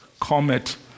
Comet